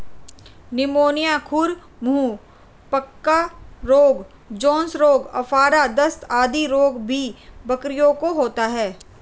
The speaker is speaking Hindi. निमोनिया, खुर मुँह पका रोग, जोन्स रोग, आफरा, दस्त आदि रोग भी बकरियों को होता है